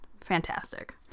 fantastic